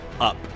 up